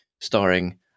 starring